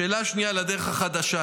בשאלה השנייה על הדרך החדשה.